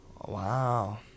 Wow